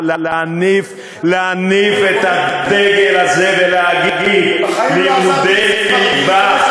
להניף את הדגל הזה ולהגיד: לימודי ליבה,